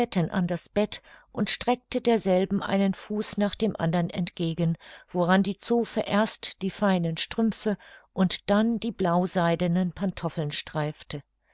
an das bett und streckte derselben einen fuß nach dem andern entgegen woran die zofe erst die feinen strümpfe und dann die blauseidenen pantoffeln streifte